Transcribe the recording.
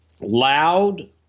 loud